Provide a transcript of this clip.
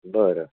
बरं